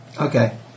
Okay